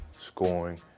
scoring